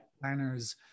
planners